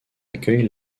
accueille